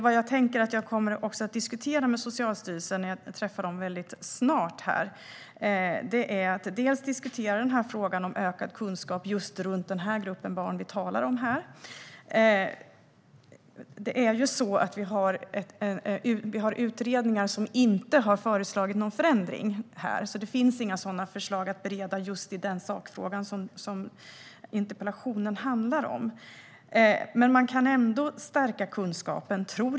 Vad jag tänker att jag kommer att diskutera med Socialstyrelsen när jag träffar dem väldigt snart är frågan om ökad kunskap om just den grupp barn vi talar om här. Vi har utredningar som inte har föreslagit någon förändring. Det finns inga sådana förslag att bereda just i den sakfråga som interpellationen handlar om. Men jag tror att man ändå kan stärka kunskapen.